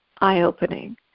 eye-opening